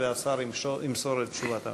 והשר ימסור את תשובת הממשלה.